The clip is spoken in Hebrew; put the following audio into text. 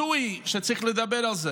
הזוי שצריך לדבר על זה,